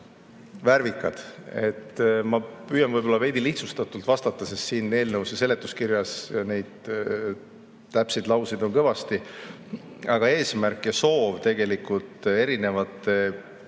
värvikad. Ma püüan võib‑olla veidi lihtsustatult vastata, sest siin eelnõus ja seletuskirjas neid täpseid lauseid on kõvasti. Aga eesmärk ja soov tegelikult erinevate